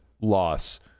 loss